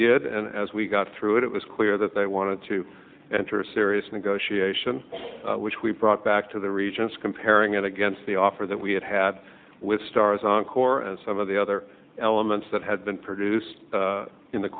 did and as we got through it it was clear that they wanted to enter a serious negotiation which we brought back to the regions comparing it against the offer that we had had with stars on core and some of the other elements that had been produced in the